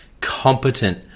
competent